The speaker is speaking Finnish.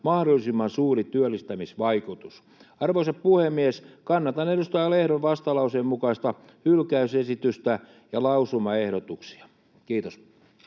mahdollisimman suuri työllistämisvaikutus. Arvoisa puhemies! Kannatan edustaja Lehdon vastalauseen mukaista hylkäysesitystä ja lausumaehdotuksia. — Kiitos.